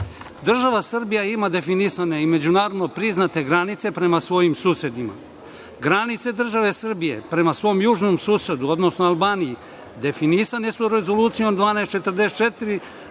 suseda. Država Srbija ima definisane i međunarodno priznate granice prema svojim susedima. Granice države Srbije prema svom južnom susedu, odnosno Albaniji definisane su Rezolucijom 1244,